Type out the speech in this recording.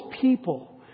people